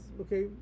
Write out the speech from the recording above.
Okay